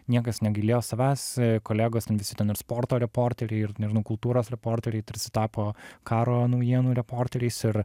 niekas negailėjo savęs kolegos ten visi ten ir sporto reporteriai ir nežinau kultūros reporteriai tarsi tapo karo naujienų reporteriais ir